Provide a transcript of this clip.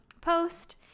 post